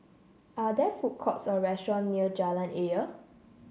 are there food courts or restaurant near Jalan Ayer